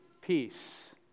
peace